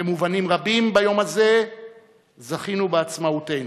במובנים רבים, ביום הזה זכינו בעצמאותנו,